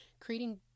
creating